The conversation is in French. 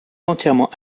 entièrement